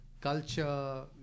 culture